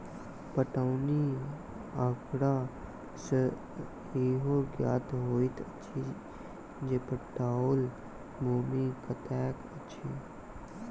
पटौनी आँकड़ा सॅ इहो ज्ञात होइत अछि जे पटाओल भूमि कतेक अछि